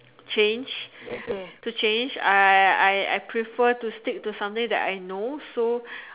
change to change I I prefer to stick to something that I know so